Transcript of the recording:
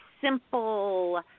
simple